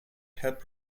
helped